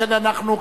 לכן אנחנו,